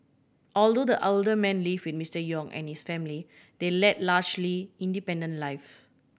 although the older man live with Mister Yong and his family they led largely independent lives